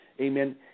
Amen